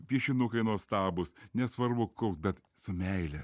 piešinukai nuostabūs nesvarbu koks bet su meile